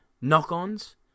knock-ons